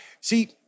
see